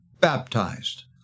baptized